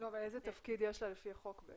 איזה תפקיד יש לה לפי החוק?